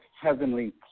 Heavenly